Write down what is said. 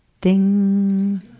Ding